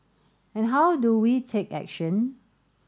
and how do we take action